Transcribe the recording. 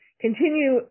continue